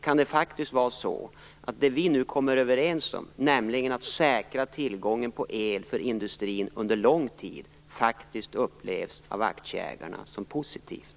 Kan det vara så att det som vi nu kommer överens om, nämligen att under lång tid säkra industrins tillgång på el, faktiskt upplevs som positivt av aktieägarna?